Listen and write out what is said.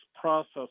process